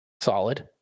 Solid